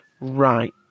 right